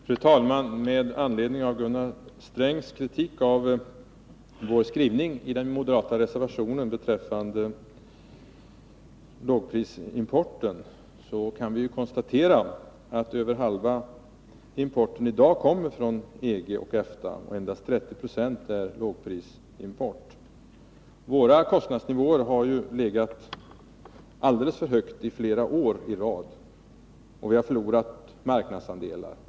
Fru talman! Med anledning av Gunnar Strängs kritik av vår skrivning i den moderata reservationen beträffande lågprisimporten kan vi konstatera att över halva importen i dag kommer från EG och EFTA och att endast 30 96 är lågprisimport. Våra kostnadsnivåer har ju legat alldeles för högt i flera år i rad, och vi har förlorat marknadsandelar.